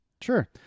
Sure